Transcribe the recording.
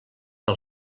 del